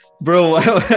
bro